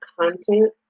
content